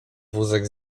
wózek